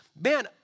Man